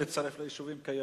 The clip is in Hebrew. למה אדוני מתכוון?